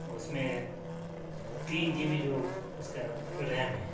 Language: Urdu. اس میں تین جی بی جو اس کا ریم ہے